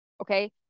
Okay